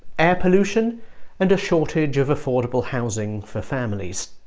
air pollution and a shortage of affordable housing for families